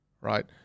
Right